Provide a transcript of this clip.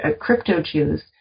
crypto-Jews